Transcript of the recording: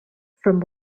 from